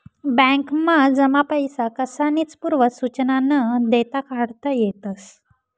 बॅकमा जमा पैसा कसानीच पूर्व सुचना न देता काढता येतस